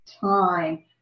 time